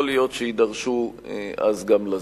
יכול להיות שיידרשו אז גם לזה.